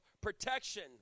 protection